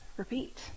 Repeat